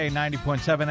90.7